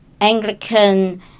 Anglican